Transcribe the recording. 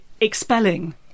expelling